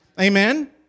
Amen